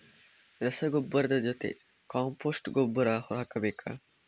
ರಸಗೊಬ್ಬರದ ಜೊತೆ ಕಾಂಪೋಸ್ಟ್ ಗೊಬ್ಬರ ಹಾಕಬೇಕಾ?